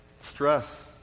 stress